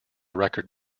record